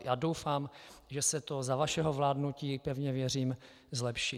Já doufám, že se to za vašeho vládnutí, pevně věřím, zlepší.